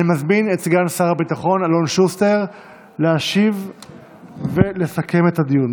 אני מזמין את סגן שר הביטחון אלון שוסטר להשיב ולסכם את הדיון.